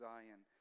Zion